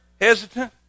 hesitant